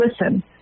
listen